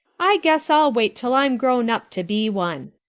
i guess i'll wait till i'm grown up to be one.